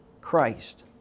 Christ